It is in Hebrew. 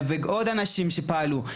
ועוד אנשים שפעלו.